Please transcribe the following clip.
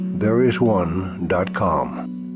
Thereisone.com